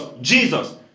jesus